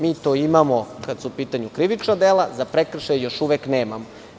Mi to imamo kada su u pitanju krivična, za prekršaj još uvek nemamo.